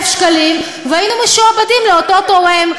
שקלים והיינו משועבדים לאותו תורם.